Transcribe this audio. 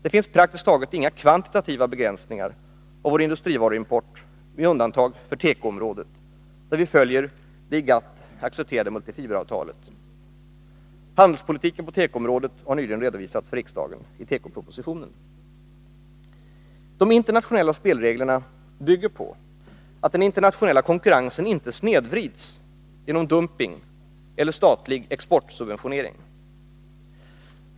Det finns praktiskt taget inga kvantitativa begränsningar av vår industrivaruimport med undantag för tekoområdet, där vi följer det i GATT accepterade multifiberavtalet. Handelspolitiken på tekoområdet har nyligen redovisats för riksdagen i tekopropositionen. De internationella spelreglerna bygger på att den internationella konkurrensen inte snedvrids genom dumping eller statlig exportsubventionering.